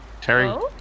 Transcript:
Terry